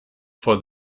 for